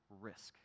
risk